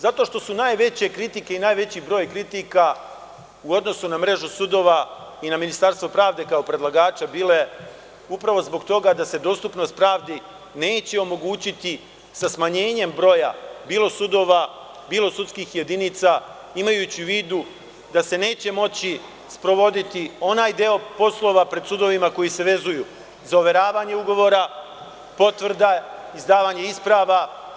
Zato što su najveće kritike i najveći broj kritika u odnosu na mrežu sudova i na Ministarstvo pravde kao predlagača bile upravo zbog toga da se dostupnost pravdi neće omogućiti sa smanjenjem broja, bilo sudova, bilo sudskih jedinica imajući u vidu da se neće moći sprovoditi onaj deo poslova pred sudovima koji se vezuju za overavanje ugovora, potvrda, izdavanje isprava.